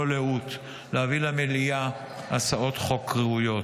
לאות להביא למליאה הצעות חוק ראויות.